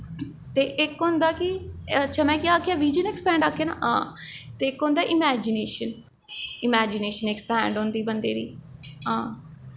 ते इक होंदा कि अच्छा में केह् आखेआ बिज़न ऐकस्पैड आखेआ ना हां ते इक होंदा इमैजिनेशन इमैजिनेशन ऐकस्पैड होंदी बंदे दी हां